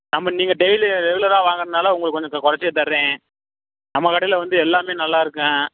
நம்ம நீங்கள் டெய்லி ரெகுலராக வாங்குறனால உங்களுக்கு கொஞ்சம் க கொறச்சியே தர்றேன் நம்ம கடையில் வந்து எல்லாமே நல்லா இருக்கும்